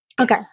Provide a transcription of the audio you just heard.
Okay